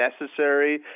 necessary